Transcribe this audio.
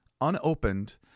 unopened